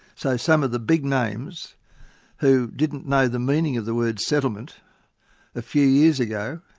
so some of the big names who didn't know the meaning of the word settlement a few years ago,